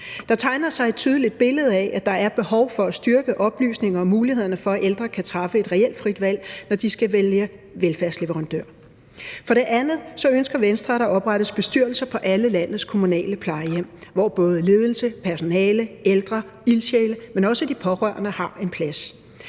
Der tegner sig et tydeligt billede af, at der er behov for at styrke oplysning om muligheden for, at ældre kan træffe et reelt frit valg, når de skal vælge velfærdsleverandør. For det andet ønsker Venstre, at der oprettes bestyrelser på alle landets kommunale plejehjem, hvor både ledelse, personale, ældre, ildsjæle, men også de pårørende har en plads.